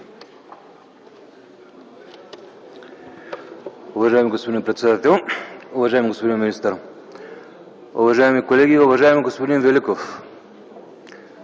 възможност,